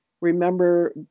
remember